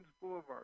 Boulevard